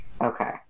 Okay